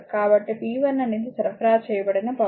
కాబట్టి p 1 అనేది సరఫరా చేయబడిన పవర్